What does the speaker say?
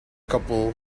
couple